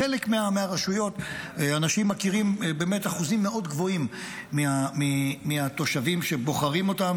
בחלק מהרשויות אנשים מכירים אחוזים מאוד גבוהים מהתושבים שבוחרים אותם,